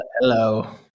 hello